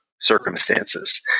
circumstances